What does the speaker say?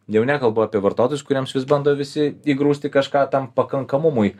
jau nekalbu apie vartotojus kuriems vis bando visi įgrūsti kažką tam pakankamumui